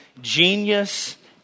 genius